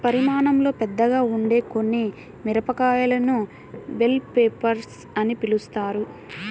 పరిమాణంలో పెద్దగా ఉండే కొన్ని మిరపకాయలను బెల్ పెప్పర్స్ అని పిలుస్తారు